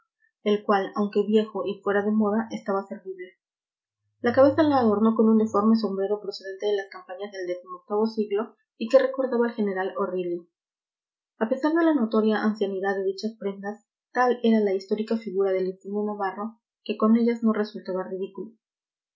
el cual aunque viejo y fuera de moda estaba servible la cabeza la adornó con un deforme sombrero procedente de las campañas del décimo octavo siglo y que recordaba al general o'reilly a pesar de la notoria ancianidad de dichas prendas tal era la histórica figura del insigne navarro que con ellas no resultaba ridículo